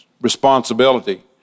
responsibility